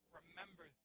remember